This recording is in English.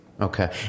Okay